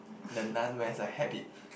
the Nun wears a habit